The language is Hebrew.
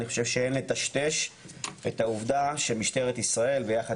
אני חושב שאין לטשטש את העובדה שמשטרת ישראל ויחד